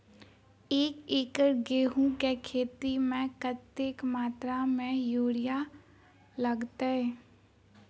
एक एकड़ गेंहूँ केँ खेती मे कतेक मात्रा मे यूरिया लागतै?